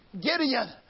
Gideon